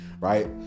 right